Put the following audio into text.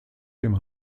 dem